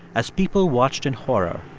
as people watched in horror,